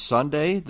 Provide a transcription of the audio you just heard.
Sunday